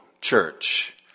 church